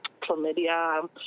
chlamydia